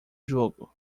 jogo